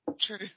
true